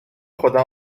خودم